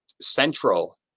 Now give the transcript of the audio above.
central